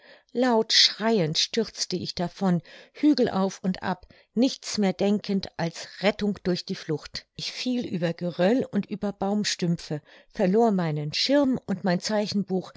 laut schreiend stürzte ich davon hügel auf und ab nichts mehr denkend als rettung durch die flucht ich fiel über geröll und über baumstümpfe verlor meinen schirm und mein zeichenbuch